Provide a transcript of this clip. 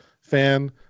fan